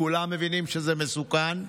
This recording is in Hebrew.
כולם מבינים שזה מסוכן.